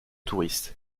touriste